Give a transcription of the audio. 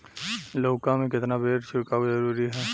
लउका में केतना बेर छिड़काव जरूरी ह?